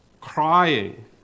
crying